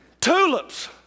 Tulips